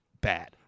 bad